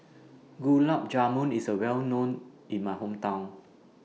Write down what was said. Gulab Jamun IS Well known in My Hometown